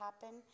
happen